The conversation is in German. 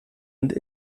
und